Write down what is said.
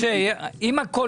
משה, אם הכול